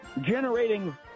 generating